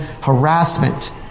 harassment